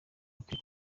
akwiye